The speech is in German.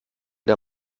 der